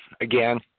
again